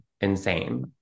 insane